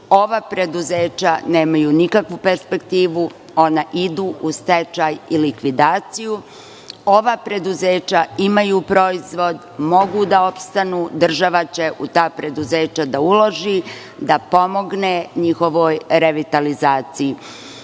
ova preduzeća nemaju nikakvu perspektivu, ona idu u stečaj i likvidaciju. Ova preduzeća imaju proizvod, mogu da opstanu, država će u ta preduzeća da uloži, da pomogne njihovoj revitalizaciji. Mislim